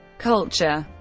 culture